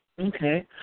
Okay